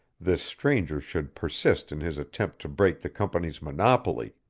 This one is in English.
this stranger should persist in his attempt to break the company's monopoly